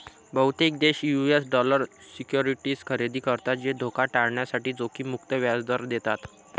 बहुतेक देश US dollar securities खरेदी करतात जे धोका टाळण्यासाठी जोखीम मुक्त व्याज दर देतात